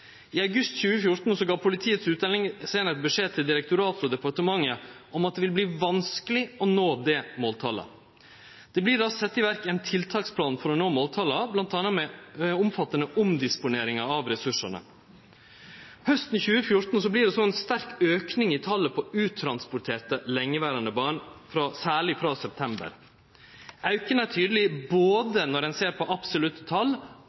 I august 2014 gav Politiets utlendingseining beskjed til direktoratet og departementet om at det ville verte vanskeleg å nå det måltalet. Det vart sett i verk ein tiltaksplan for å nå måltalet, bl.a. med ei omfattande omdisponering av ressursane. Hausten 2014 vart det så ein sterk auke i talet på uttransporterte lengeverande barn, særleg frå september. Auken er tydeleg, både når ein ser på absolutte tal,